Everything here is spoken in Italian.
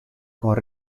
con